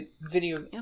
Video